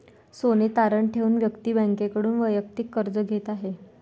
सोने तारण ठेवून व्यक्ती बँकेकडून वैयक्तिक कर्ज घेत आहे